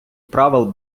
правил